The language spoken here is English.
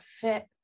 fit